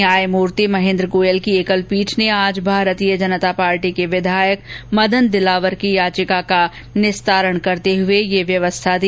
न्यायमूर्ति महेन्द्र गोयल की एकलपीठ ने आज भारतीय जनता पार्टी के विधायक मदन दिलावर की याचिका का निस्तारण करते हुए यह आदेश दिया